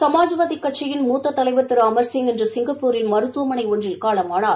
சுமாஜ்வாதி கட்சியின் மூத்த தலைவர் திரு அமர்சிங் இன்று சிங்கப்பூரில் மருத்துவமளை ஒன்றில் காலமானார்